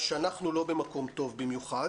שאנחנו לא במקום טוב במיוחד